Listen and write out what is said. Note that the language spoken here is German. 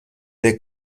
der